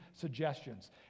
suggestions